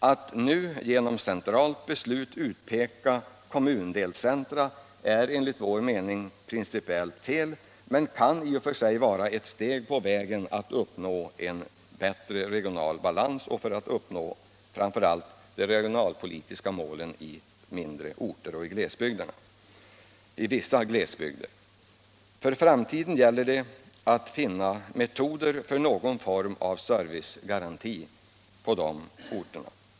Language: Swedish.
Att nu genom centralt beslut utpeka kommundelscentra är enligt vår mening principiellt fel, men kan i och för sig vara ett steg på vägen för att uppnå en bättre regional balans och för att uppnå framför allt de regionalpolitiska målen på mindre orter och i vissa glesbygder. För framtiden gäller det att finna metoder för någon form av servicegaranti i små orter.